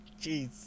jeez